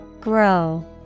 Grow